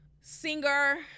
singer